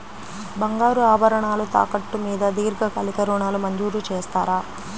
బంగారు ఆభరణాలు తాకట్టు మీద దీర్ఘకాలిక ఋణాలు మంజూరు చేస్తారా?